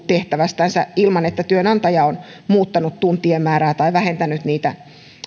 tehtävästänsä ilman että työnantaja on muuttanut tuntien määrää tai vähentänyt niitä